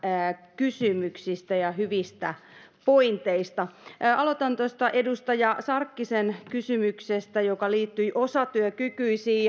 kysymyksistä ja hyvistä pointeista aloitan tuosta edustaja sarkkisen kysymyksestä joka liittyi osatyökykyisiin